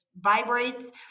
vibrates